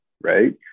right